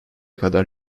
kadar